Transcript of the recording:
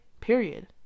period